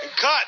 Cut